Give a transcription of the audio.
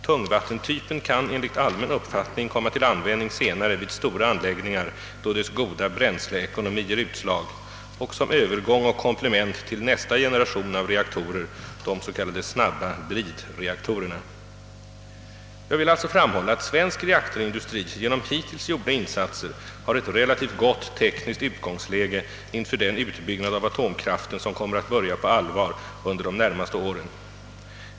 Tungvattentypen kan enligt allmän uppfattning komma till användning senare vid stora anläggningar, då dess goda bränsleekonomi ger utslag, och som övergång och komplement till nästa generation av Jag vill alltså framhålla att svensk reaktorindustri genom hittills gjorda insatser har ett relativt gott tekniskt utgångsläge inför den utbyggnad av atomkraften, som kommer att börja på allvar under de närmaste åren.